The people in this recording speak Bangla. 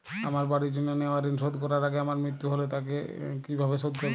আমার বাড়ির জন্য নেওয়া ঋণ শোধ করার আগে আমার মৃত্যু হলে তা কে কিভাবে শোধ করবে?